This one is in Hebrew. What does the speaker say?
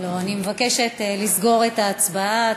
אני מבקשת לסגור את ההצבעה.